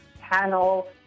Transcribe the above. panel